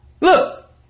Look